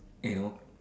you know